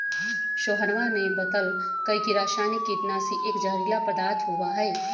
सोहनवा ने बतल कई की रसायनिक कीटनाशी एक जहरीला पदार्थ होबा हई